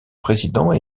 président